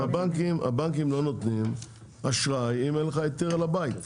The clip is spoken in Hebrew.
הבנקים לא נותנים משכנתא אם אין לך היתר על הבית,